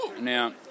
Now